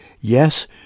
Yes